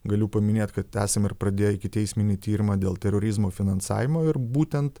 galiu paminėt kad esam ir pradėję ikiteisminį tyrimą dėl terorizmo finansavimo ir būtent